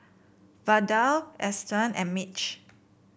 Vada Eston and Mitch